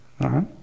right